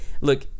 Look